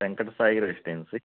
Venkatasai residency